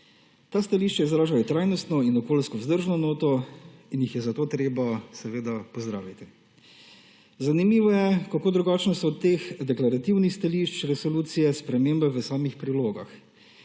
Ta stališča izražajo trajnostno in okoljsko vzdržno noto in jih je zato treba, seveda, pozdraviti. Zanimivo je, kako drugačna so od teh deklarativnih stališč resolucije spremembe v samih prilogah,